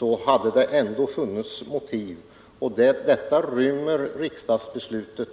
hade det ändå funnits motiv att ge regionalpolitiskt stöd.